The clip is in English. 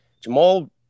Jamal